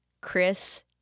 Chris